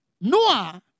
Noah